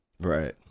Right